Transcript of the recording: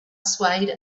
swayed